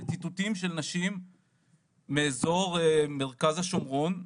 כל אלה הם ציטוטים של נשים מאזור מרכז השומרון,